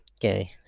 Okay